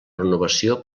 renovació